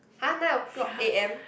!huh! nine o-clock A_M